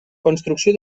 construcció